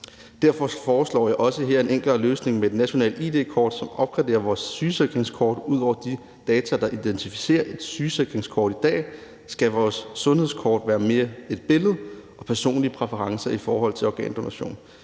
Jeg foreslår her en enklere løsning med et nationalt id-kort, som opgraderer vores sygesikringskort. Udover de data, der er på et sygesikringskort i dag, skal vores sundhedskort være et billede på personlige præferencer i forhold til organdonation,